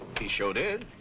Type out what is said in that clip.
he sure did.